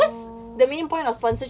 oh